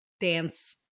dance